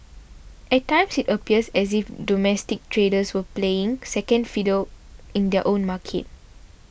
at times it appears as if domestic traders were playing second fiddle in their own market